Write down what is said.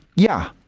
yeah,